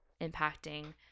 impacting